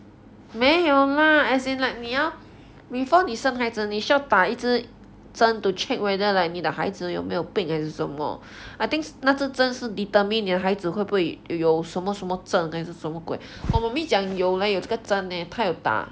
没有 lah as in like 你要 before 你生孩子你需要打一支针 to check whether like 你的孩子有没有病还是什么 I think 那支针是 determine 你的孩子会不会有什么什么症还是什么鬼我 mommy 讲有 leh 有这个针 leh 他又打